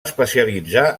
especialitzar